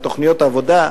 על תוכניות העבודה,